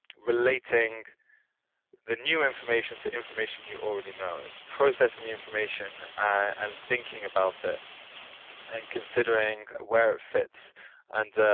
relating the new information to information you already know. it's processing the information and thinking about it and considering where it fits and